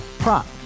Prop